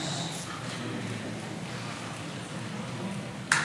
גברתי סגנית יושבת-ראש הכנסת, תראו,